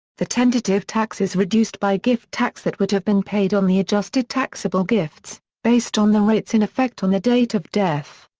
the tentative tax is reduced by gift tax that would have been paid on the adjusted taxable gifts, based on the rates in effect on the date of death.